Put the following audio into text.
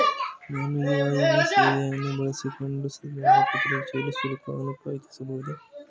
ನಾನು ಯು.ಪಿ.ಐ ಸೇವೆಯನ್ನು ಬಳಸಿಕೊಂಡು ಸ್ಪರ್ಧಾತ್ಮಕ ಪರೀಕ್ಷೆಯ ಶುಲ್ಕವನ್ನು ಪಾವತಿಸಬಹುದೇ?